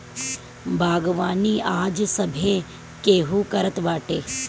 बागवानी आज सभे केहू करत बाटे